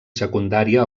secundària